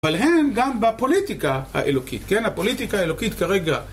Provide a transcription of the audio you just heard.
אבל הן גם בפוליטיקה האלוקית, כן? הפוליטיקה האלוקית כרגע...